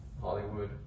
Hollywood